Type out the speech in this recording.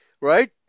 Right